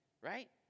right